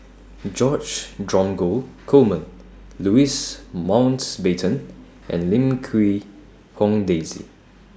George Dromgold Coleman Louis Mountbatten and Lim Quee Hong Daisy